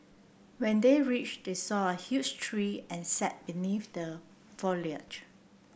when they reached they saw a huge tree and sat beneath the foliage